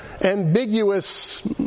ambiguous